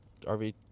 RV